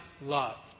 loved